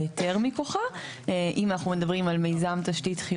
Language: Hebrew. אנחנו עושים כל מאמץ אנחנו מבינים שקשה לעקוב אחרי הדברים.